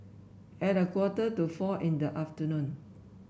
at a quarter to four in the afternoon